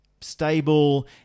stable